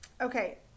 Okay